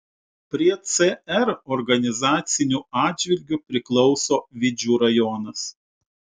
prie cr organizaciniu atžvilgiu priklauso vidžių rajonas